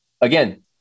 Again